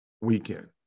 weekend